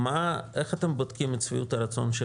איך אתם בודקים את שביעות הרצון של